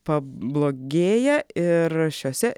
pablogėję ir šiose